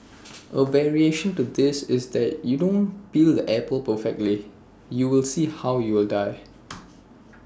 A variation to this is that if you don't peel the apple perfectly you will see how you die